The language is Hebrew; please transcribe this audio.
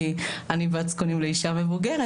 כי אני בת זקונים לאישה מבוגרת,